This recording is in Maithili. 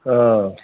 हाँ